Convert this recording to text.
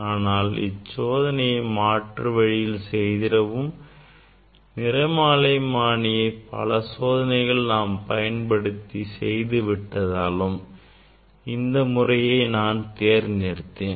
ஆனால் இந்த சோதனையை மாற்று வழியில் செய்திடவும் நிறமாலைமானியை பல சோதனைகளின் போது பயன்படுத்தி விட்டதாலும் இந்த முறையை நான் தேர்ந்தெடுத்தேன்